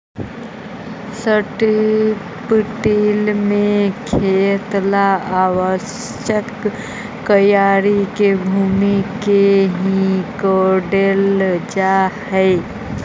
strip till में खेत ला आवश्यक क्यारी के भूमि के ही कोड़ल जा हई